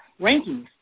rankings